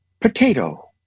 potato